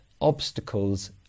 obstacles